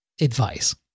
advice